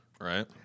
right